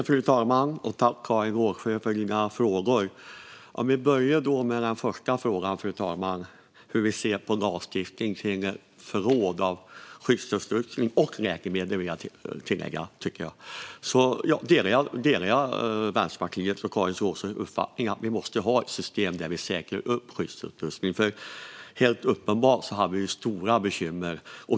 Fru talman! Tack, Karin Rågsjö, för frågorna! Jag börjar med den första frågan, fru talman, om hur vi ser på lagstiftning om förråd av skyddsutrustning - och läkemedel, vill jag tillägga. Jag delar Vänsterpartiets och Karin Rågsjös uppfattning att vi måste ha ett system där vi säkrar skyddsutrustning. Helt uppenbart hade vi stora bekymmer.